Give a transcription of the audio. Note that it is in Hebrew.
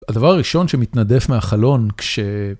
הדבר הראשון שמתנדף מהחלון כש...